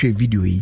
video